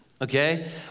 okay